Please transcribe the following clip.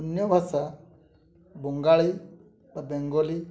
ଅନ୍ୟ ଭାଷା ବଙ୍ଗାଳୀ ବା ବେଙ୍ଗୋଲୀ